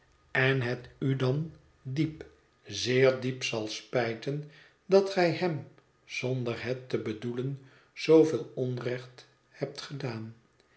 en het u dan diep zeer diep zal spijten dat gij hem zonder het te bedoelen zooveel onrecht hebt gedaan